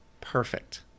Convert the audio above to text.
perfect